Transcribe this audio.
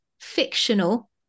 fictional